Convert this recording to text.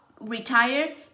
retire